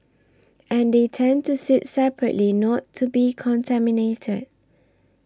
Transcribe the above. and they tend to sit separately not to be contaminated